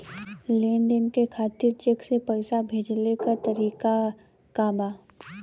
लेन देन करे खातिर चेंक से पैसा भेजेले क तरीकाका बा?